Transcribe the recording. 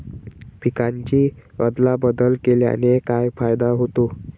पिकांची अदला बदल केल्याने काय फायदा होतो?